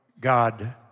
God